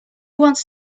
wants